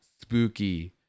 spooky